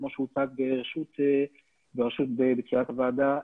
כמו שהוצג בתחילת הדיון,